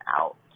out